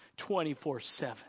24-7